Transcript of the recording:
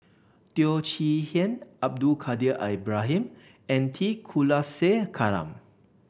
Teo Chee Hean Abdul Kadir Ibrahim and T Kulasekaram